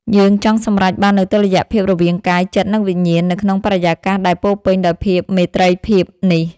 យើងចង់សម្រេចបាននូវតុល្យភាពរវាង កាយ ចិត្ត និងវិញ្ញាណ នៅក្នុងបរិយាកាសដែលពោរពេញដោយភាពមេត្រីភាពនេះ។